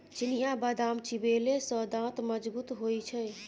चिनियाबदाम चिबेले सँ दांत मजगूत होए छै